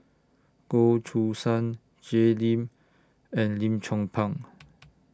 Goh Choo San Jay Lim and Lim Chong Pang